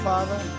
Father